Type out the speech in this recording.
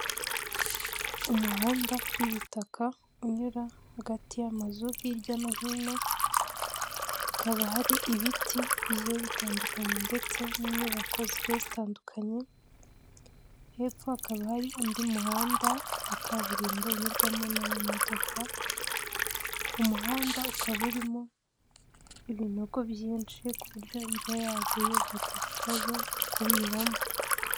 Umuhanda w'ibitaka unyura hagati y'amazu hirya no hino, hakaba hari ibiti bigiye bitandukanye ndetse n'inyubako zitandukanye, hepfo hakaba hari undi muhanda wa kaburimbo unyurwamo n'amamodoka, umuhanda ukaba urimo ibinogo byinshi, ku buryo imvura yaguye byateza ikibazo kuwunyuramo.